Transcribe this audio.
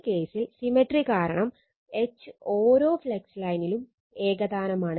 ഈ കേസിൽ സിമ്മെട്രി കാരണം H ഓരോ ഫ്ലക്സ് ലൈനിലും ഏകതാനമാണ്